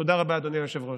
תודה רבה, אדוני היושב-ראש.